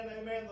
amen